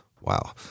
Wow